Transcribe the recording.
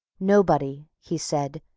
nobody, he said,